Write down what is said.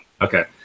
Okay